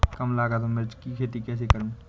कम लागत में मिर्च की खेती कैसे करूँ?